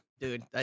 dude